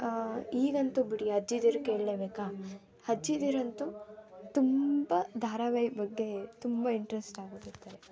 ಈಗಂತೂ ಬಿಡಿ ಅಜ್ಜಿದಿರು ಕೇಳಲೇ ಬೇಕಾ ಅಜ್ಜಿದಿರಂತು ತುಂಬ ಧಾರಾವಾಹಿ ಬಗ್ಗೆ ತುಂಬ ಇಂಟ್ರೆಸ್ಟ್ ಆಗೋಗಿರ್ತಾರೆ